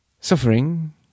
suffering